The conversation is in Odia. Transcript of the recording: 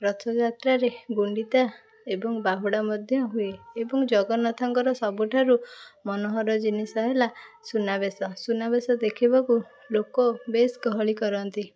ରଥଯାତ୍ରାରେ ଗୁଣ୍ଡିଚା ଏବଂ ବାହୁଡ଼ା ମଧ୍ୟ ହୁଏ ଏବଂ ଜଗନ୍ନାଥଙ୍କର ସବୁଠାରୁ ମନୋହର ଜିନିଷ ହେଲା ସୁନା ବେଶ ସୁନା ବେଶ ଦେଖିବାକୁ ଲୋକ ବେଶ୍ ଗହଳି କରନ୍ତି